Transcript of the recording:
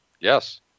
Yes